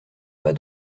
pas